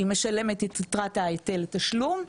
היא משלמת את יתרת ההיטל לתשלום,